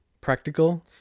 Practical